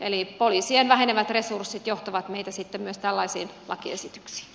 eli poliisien vähenevät resurssit johtavat meillä sitten myös tällaisiin lakiesityksiin